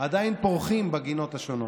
עדיין פורחים בגינות השונות.